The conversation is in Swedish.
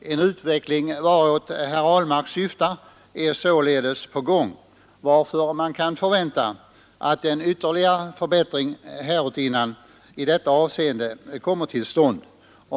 Den utveckling vartåt herr Ahlmark syftar är således på gång, varför man kan förvänta att en ytterligare förbättring i detta avseende kommer till stånd.